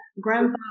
grandpa